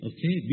Okay